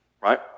Right